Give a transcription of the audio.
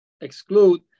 exclude